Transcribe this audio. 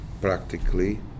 practically